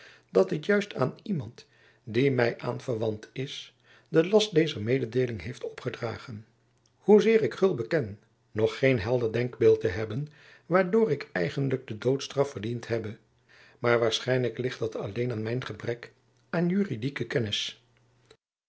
dat het juist aan iemand die my aanverwant is den last dezer mededeeling heeft opgedragen hoezeer ik gul weg beken nog geen helder denkbeeld te hebben waardoor ik eigenlijk de doodstraf verdiend hebbe maar waarschijnlijk ligt dat alleen aan mijn gebrek aan juridieke kennis